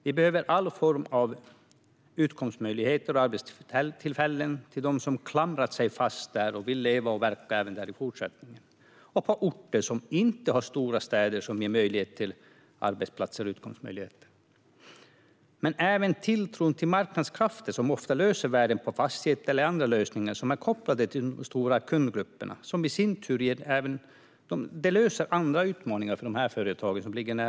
Vi behöver alla former av utkomstmöjligheter och arbetstillfällen för dem som har klamrat sig fast där och som även i fortsättningen vill leva och verka på orter som inte har stora städer som ger möjlighet till arbetsplatser och utkomstmöjligheter. Men det handlar också om marknadskrafter som på andra platser ofta löser värden på fastigheter, eller andra lösningar som är kopplade till att stora kundgrupper i sin tur löser även andra utmaningar för företag.